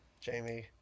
Jamie –